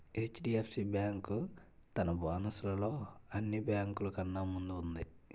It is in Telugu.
హెచ్.డి.ఎఫ్.సి బేంకు తన బోనస్ లలో అన్ని బేంకులు కన్నా ముందు వుంది